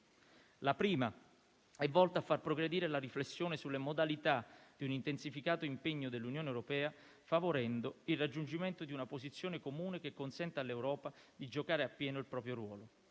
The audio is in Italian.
La prima è volta a far progredire la riflessione sulle modalità di un intensificato impegno dell'Unione europea, favorendo il raggiungimento di una posizione comune che consenta all'Europa di giocare appieno il proprio ruolo.